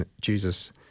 Jesus